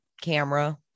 camera